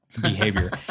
behavior